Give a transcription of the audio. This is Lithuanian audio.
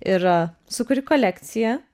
ir sukuri kolekciją